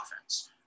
offense